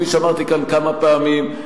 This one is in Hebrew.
כפי שאמרתי כאן כמה פעמים,